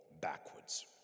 backwards